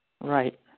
Right